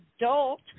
adult